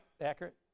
Accurate